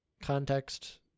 Context